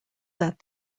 that